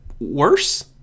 worse